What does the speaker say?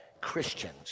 Christians